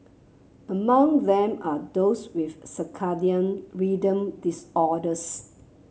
among them are those with circadian rhythm disorders